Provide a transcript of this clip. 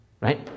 Right